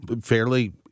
fairly